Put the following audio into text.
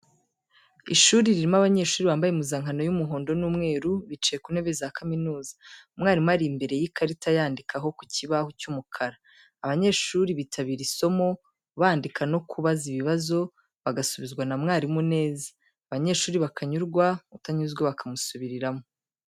Ishuri ririmo abanyeshuri bambaye impuzankano y’umuhondo n’umweru, bicaye ku ntebe za kaminuza. Umwarimu ari imbere y’ikarita yandikaho ku kibaho cy’umukara, abanyeshuri bitabira isomo, bandika no kubaza ibibazo, bagasubizwa na mwarimu neza abanyeshuri bakanyurwa, utanyuzwe bakamusubiriramo.